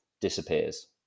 disappears